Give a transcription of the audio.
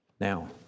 Now